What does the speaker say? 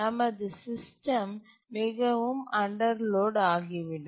நமது சிஸ்டம் மிகவும் அண்டர்லோடு ஆகிவிடும்